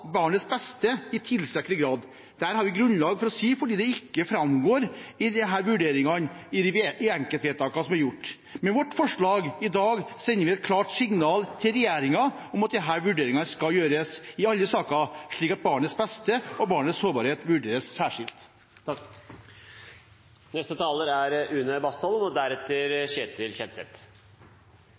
barnets beste i tilstrekkelig grad. Det har vi grunnlag for å si fordi det ikke framgår av vurderingene i enkeltvedtakene som er gjort. Med vårt forslag i dag sender vi et klart signal til regjeringen om at disse vurderingene skal gjøres i alle saker, slik at barnets beste og barnets sårbarhet vurderes særskilt. En påstand som går igjen i debatten her, er